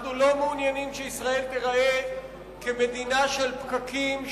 אנחנו לא מעוניינים שישראל תיראה כמדינה של פקקים,